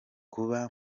kuba